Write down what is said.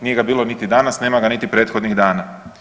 Nije ga bilo niti danas, nema ga niti prethodnih dana.